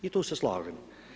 I tu se slažem.